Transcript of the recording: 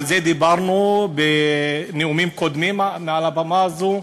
דיברנו על זה בנאומים קודמים מעל הבמה הזו,